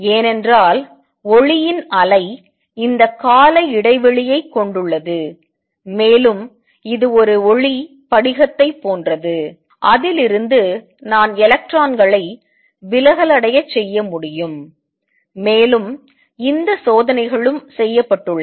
ஏனென்றால் ஒளியின் அலை இந்த கால இடைவெளியைக் கொண்டுள்ளது மேலும் இது ஒரு ஒளி படிகத்தைப் போன்றது அதில் இருந்து நான் எலக்ட்ரான்களை விலகல் அடையச் செய்ய முடியும் மேலும் இந்த சோதனைகளும் செய்யப்பட்டுள்ளன